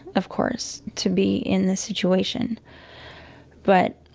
of course, to be in this situation but,